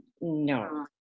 No